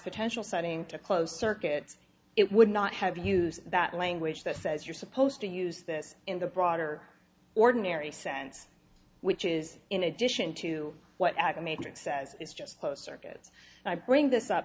potential sighting to closed circuit it would not have used that language that says you're supposed to use this in the broader ordinary sense which is in addition to what aca matrix says is just closed circuit and i bring this up